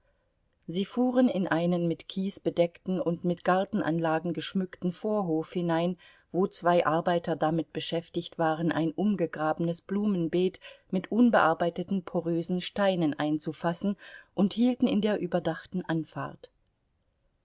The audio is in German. sie fuhren in einen mit kies bedeckten und mit gartenanlagen geschmückten vorhof hinein wo zwei arbeiter damit beschäftigt waren ein umgegrabenes blumenbeet mit unbearbeiteten porösen steinen einzufassen und hielten in der überdachten anfahrt